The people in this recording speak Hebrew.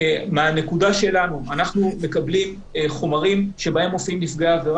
מהנקודה שלנו אנחנו מקבלים חומרים שבהם מופיעים נפגעי העבירה.